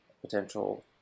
potential